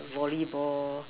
volleyball